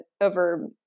over